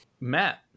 matt